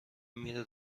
میره